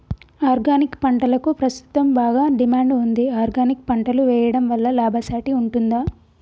Organic పంటలకు ప్రస్తుతం బాగా డిమాండ్ ఉంది ఆర్గానిక్ పంటలు వేయడం వల్ల లాభసాటి ఉంటుందా?